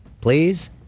please